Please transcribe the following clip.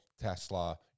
Tesla